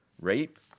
rape